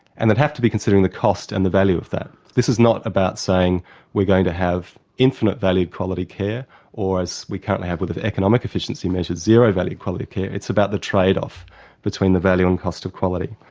and they'd have to be considering the cost and the value of that. this is not about saying we're going to have infinite value quality care or, as we currently have with economic efficiency measures, zero value quality care, it's about the trade-off between the value and cost of quality.